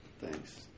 Thanks